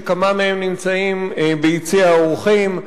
שכמה מהם נמצאים ביציע האורחים,